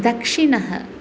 दक्षिणः